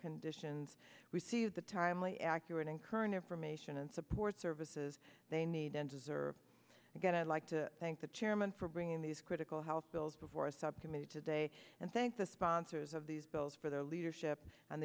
conditions we see the timely accurate and current information and support services they need and deserve again i'd like to thank the chairman for bringing these critical health bills before a subcommittee today and thank the sponsors of these bills for their leadership